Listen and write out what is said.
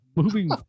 Moving